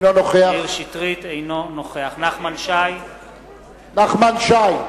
אינו נוכח נחמן שי,